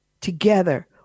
together